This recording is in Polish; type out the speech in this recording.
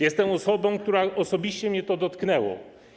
Jestem osobą, którą osobiście to dotknęło.